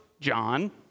John